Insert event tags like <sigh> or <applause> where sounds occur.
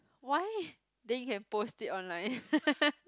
why then you can post it online <laughs>